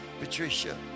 Patricia